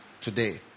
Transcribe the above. today